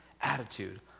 attitude